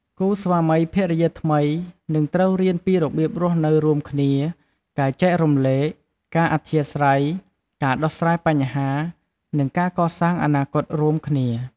គូស្វាមីភរិយាថ្មីនឹងត្រូវរៀនពីរបៀបរស់នៅរួមគ្នា ការចែករំលែក ការអធ្យាស្រ័យ ការដោះស្រាយបញ្ហា និងការកសាងអនាគតរួមគ្នា។